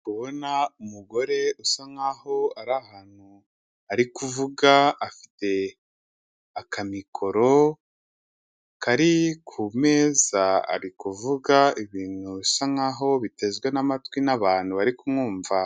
Kubona umugore usa nk'aho ari ahantu, ari kuvuga, afite akamikoro, kari ku meza, ari kuvuga ibintu bisa nk'aho bitezwe n'amatwi n'abantu bari kumwumva.